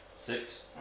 Six